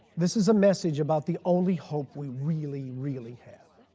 this is a message about the only hope we really really have.